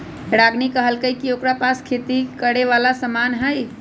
रागिनी कहलकई कि ओकरा पास खेती करे वाला समान हई